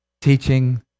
teaching